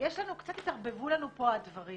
קצת התערבבו לנו פה הדברים